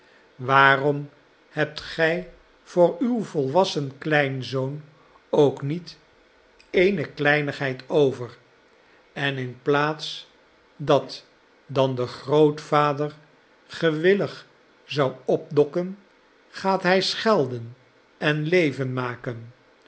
waarom hebt gij voor uw volwassen kleinzoon ook niet eene kleinigheid over en in plaats dat dan de grootvader gewillig zou opdokken gaat hi schelden en leven maken